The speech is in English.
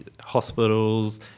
hospitals